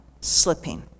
slipping